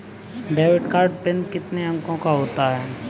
Debit card PIN कितने अंकों का होता है?